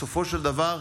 בסופו של דבר,